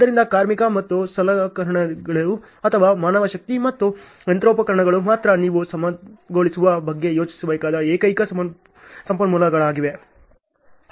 ಆದ್ದರಿಂದ ಕಾರ್ಮಿಕ ಮತ್ತು ಸಲಕರಣೆಗಳು ಅಥವಾ ಮಾನವಶಕ್ತಿ ಮತ್ತು ಯಂತ್ರೋಪಕರಣಗಳು ಮಾತ್ರ ನೀವು ನೆಲಸಮಗೊಳಿಸುವ ಬಗ್ಗೆ ಯೋಚಿಸಬೇಕಾದ ಏಕೈಕ ಸಂಪನ್ಮೂಲಗಳಾಗಿವೆ